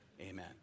amen